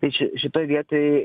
tai ši šitoj vietoj